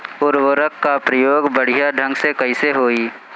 उर्वरक क प्रयोग बढ़िया ढंग से कईसे होई?